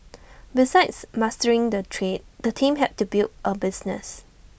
besides mastering the trade the team had to build A business